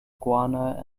iguana